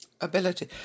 ability